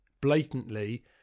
blatantly